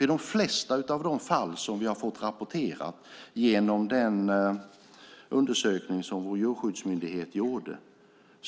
I de flesta av de fall som har rapporterats i den undersökning som Djurskyddsmyndigheten har gjort